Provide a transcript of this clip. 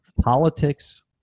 politics